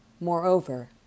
Moreover